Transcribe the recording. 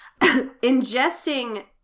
ingesting